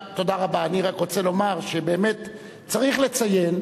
אני רק רוצה לומר שבאמת צריך לציין